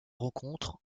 rencontre